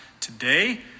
today